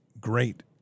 Great